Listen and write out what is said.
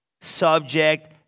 subject